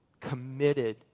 committed